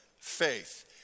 faith